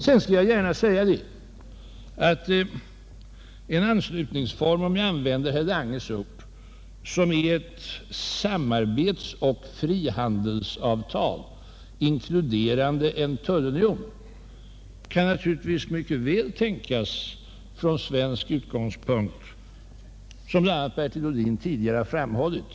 Jag vill också gärna säga att en anslutningsform som — om jag får använda herr Langes ord — är ett samarbets och frihandelsavtal, inkluderande en tullunion, naturligtvis mycket väl kan tänkas från svensk utgångspunkt såsom bl.a. Bertil Ohlin tidigare framhållit.